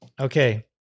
Okay